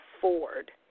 Ford